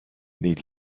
did